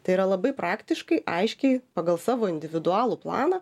tai yra labai praktiškai aiškiai pagal savo individualų planą